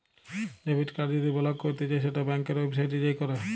debit card যদি block ক্যরতে চাই সেট ব্যাংকের ওয়েবসাইটে যাঁয়ে ক্যর